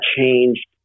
changed